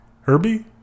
Herbie